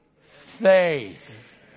faith